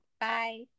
Bye